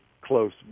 close